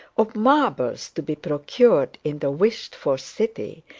of marbles to be procured in the wished-for city,